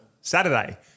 Saturday